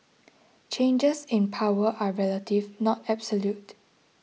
changes in power are relative not absolute